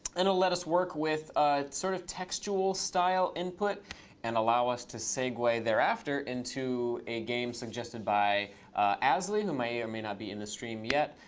and it'll let us work with sort of textual style input and allow us to segue thereafter into a game suggested by asli, who may or may not be in the stream yet,